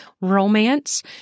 romance